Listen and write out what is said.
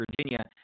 Virginia